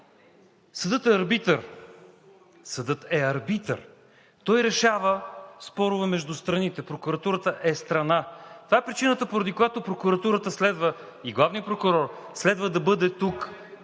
че е непознато, съдът е арбитър, той решава спорове между страните – прокуратурата е страна. Това е причината, поради която прокуратурата и главният прокурор следва да бъде тук,